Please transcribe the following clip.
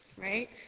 right